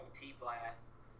T-blasts